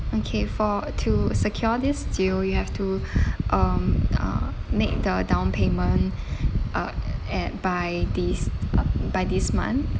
okay for to secure this still you have to um uh make the down payment uh at by this um by this month